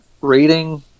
reading